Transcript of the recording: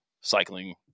cycling